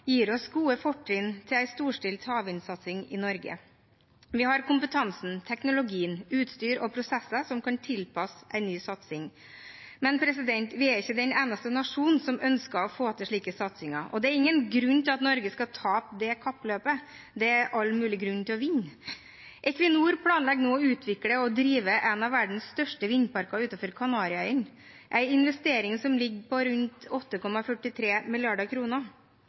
gir oss gode fortrinn for en storstilt havvindsatsing i Norge. Vi har kompetanse, teknologi, utstyr og prosesser som kan tilpasses en ny satsing. Men vi er ikke den eneste nasjonen som ønsker å få til slike satsinger, og det er ingen grunn til at Norge skal tape det kappløpet som det er all mulig grunn til å vinne. Equinor planlegger nå å utvikle og drive en av verdens største vindparker utenfor Kanariøyene, en investering som ligger på rundt 8,43